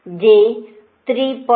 25 மற்றும் j 3